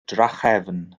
drachefn